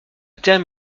terme